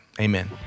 Amen